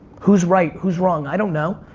who's right, who's wrong? i don't know.